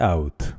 Out